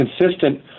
consistent